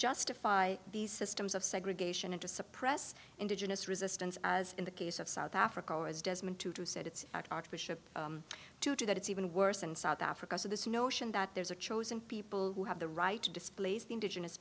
justify these systems of segregation and to suppress indigenous resistance as in the case of south africa as desmond tutu said it's archbishop tutu that it's even worse in south africa so this notion that there's a chosen people who have the right to displace the indigenous